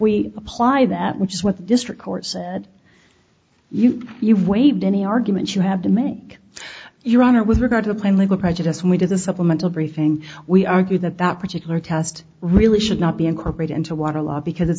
we apply that which is what the district court said you you've waived any argument you have to make your honor with regard to a plain legal prejudice and we did a supplemental briefing we argue that that particular test really should not be incorporated into water law because it's